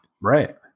Right